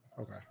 Okay